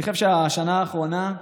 אני חושב שהשנה האחרונה,